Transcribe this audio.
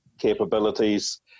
capabilities